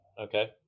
Okay